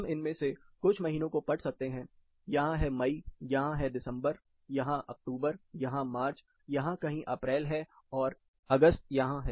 हम इनमें से कुछ महीनों को पढ़ सकते हैं यहां है मई यहां है दिसंबर यहां अक्टूबर यहां मार्च यहां कहीं अप्रैल है और अगस्त यहां है